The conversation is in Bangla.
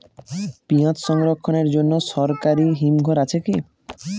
পিয়াজ সংরক্ষণের জন্য সরকারি হিমঘর আছে কি?